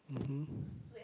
mmhmm